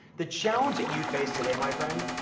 the challenge that you face today, my friend,